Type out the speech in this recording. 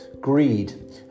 greed